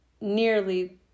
nearly